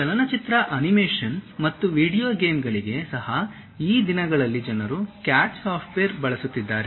ಚಲನಚಿತ್ರ ಅನಿಮೇಷನ್ ಮತ್ತು ವಿಡಿಯೋ ಗೇಮ್ಗಳಿಗೆ ಸಹ ಈ ದಿನಗಳಲ್ಲಿ ಜನರು CAD ಸಾಫ್ಟ್ವೇರ್ ಬಳಸುತ್ತಿದ್ದಾರೆ